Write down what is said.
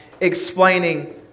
explaining